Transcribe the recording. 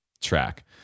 track